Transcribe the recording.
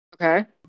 okay